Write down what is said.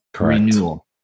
renewal